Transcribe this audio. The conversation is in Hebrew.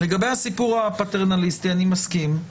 לגבי הסיפור הפטרנליסטי, אני מסכים.